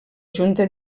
junta